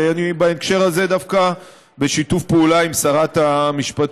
ואני בהקשר הזה דווקא בשיתוף פעולה עם שרת המשפטים,